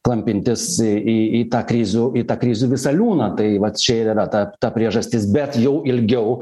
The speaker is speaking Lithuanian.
klampintis į į tą krizių į tą krizių visą liūną tai vat čia yra ta ta priežastis bet jau ilgiau